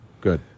good